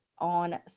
on